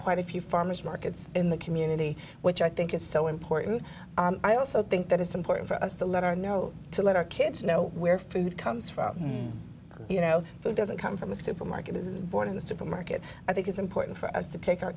quite a few farmers markets in the community which i think is so important i also think that it's important for us to let our know to let our kids know where food comes from you know food doesn't come from a supermarket is born in the supermarket i think it's important for us to take our